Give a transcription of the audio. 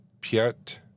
Piet